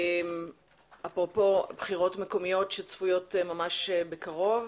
אפרופו בחירות מקומיות שצפויות ממש בקרוב,